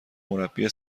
مربی